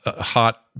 hot